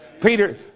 Peter